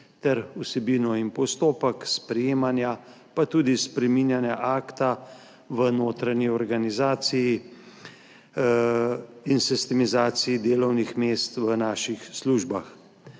ter vsebino in postopek sprejemanja pa tudi spreminjanja akta o notranji organizaciji in sistemizaciji delovnih mest v naših službah.